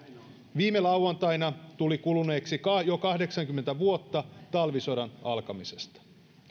viime lauantaina tuli kuluneeksi jo kahdeksankymmentä vuotta talvisodan alkamisesta